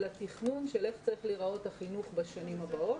התכנון של איך צריך להיראות החינוך בשנים הבאות,